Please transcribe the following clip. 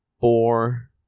four